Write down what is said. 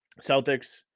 Celtics